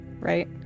Right